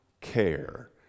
care